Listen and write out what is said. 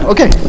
Okay